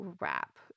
wrap